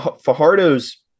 Fajardo's